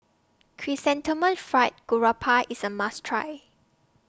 Chrysanthemum Fried Garoupa IS A must Try